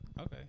Okay